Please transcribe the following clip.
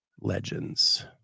legends